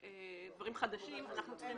דברים חדשים, אנחנו צריכים להפנות.